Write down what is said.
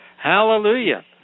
Hallelujah